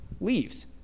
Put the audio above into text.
leaves